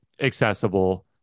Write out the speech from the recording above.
accessible